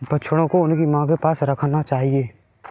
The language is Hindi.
बछड़ों को उनकी मां के पास रखना चाहिए